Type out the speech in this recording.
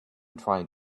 trying